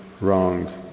wrong